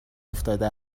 افتاده